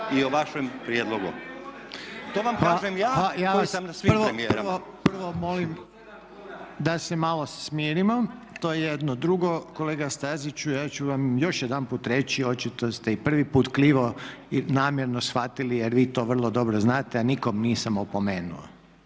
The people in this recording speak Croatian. i o vašem prijedlogu. To vam kažem ja koji sam na svim premijerama. **Reiner, Željko (HDZ)** Prvo molim da se malo smirimo, to je jedno. Drugo, kolega Staziću ja ću vam još jedanput reći, očito ste i prvi put krivo namjerno shvatili jer vi to vrlo dobro znate, ja nikog nisam opomenuo.